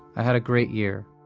i had a great year